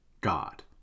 God